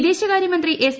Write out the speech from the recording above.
വിദേശകാര്യമന്ത്രി എസ്